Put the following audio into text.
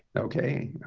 ok,